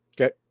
Okay